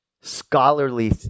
scholarly